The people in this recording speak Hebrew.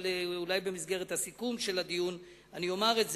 אבל אולי במסגרת הסיכום של הדיון אני אומר את זה,